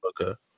Okay